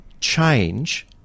change